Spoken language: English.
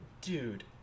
dude